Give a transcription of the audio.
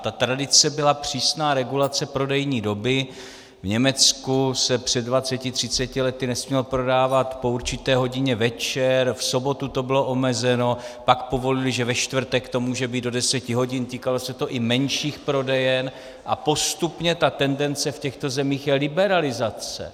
Ta tradice byla přísná, regulace prodejní doby v Německu se před dvaceti třiceti lety nesmělo prodávat po určité hodině večer, v sobotu to bylo omezeno, pak povolili, že ve čtvrtek to může být do deseti hodin, týkalo se to i menších prodejen, a postupně tendence v těchto zemích je liberalizace.